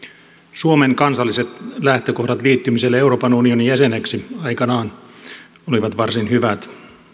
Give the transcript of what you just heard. suomen kansalliset lähtökohdat liittymiselle euroopan unionin jäseneksi aikanaan olivat varsin hyvät